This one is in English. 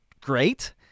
great